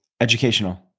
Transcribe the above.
Educational